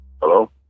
Hello